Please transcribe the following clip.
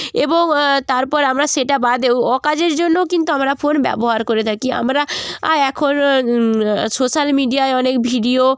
এবং তারপর আমরা সেটা বাদেও অকাজের জন্যও কিন্তু আমরা ফোন ব্যবহার করে থাকি আমরা এখন সোশ্যাল মিডিয়ায় অনেক ভিডিও